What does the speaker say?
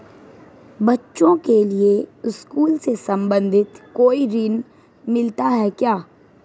बच्चों के लिए स्कूल से संबंधित कोई ऋण मिलता है क्या?